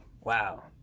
Wow